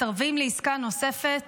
מסרבים לעסקה נוספת